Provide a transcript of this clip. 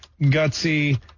Gutsy